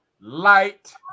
light